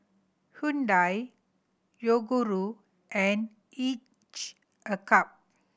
Hyundai Yoguru and Each a Cup